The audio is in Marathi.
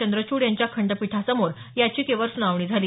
चंद्रचूड यांच्या खंठपीठासमोर याचिकेवर सुनावणी झाली